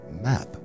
Map